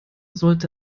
sollte